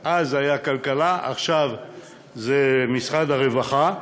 אז היה כלכלה, עכשיו זה משרד הרווחה,